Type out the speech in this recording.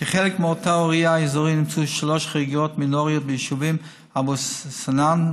כחלק מאותו אירוע אזורי נמצאו שלוש חריגות מינוריות ביישובים אבו סנאן,